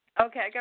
Okay